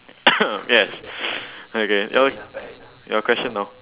yes okay your your question now